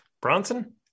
bronson